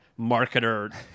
marketer